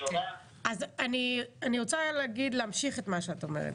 אני רוצה להמשיך את מה שאת אומרת.